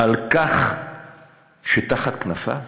על כך שתחת כנפיו